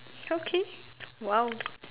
okay !wow!